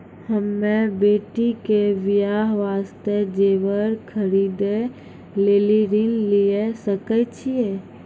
हम्मे बेटी के बियाह वास्ते जेबर खरीदे लेली ऋण लिये सकय छियै?